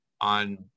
on